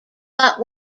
but